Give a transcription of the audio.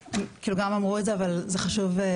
גם אמרו את זה אבל זה חשוב.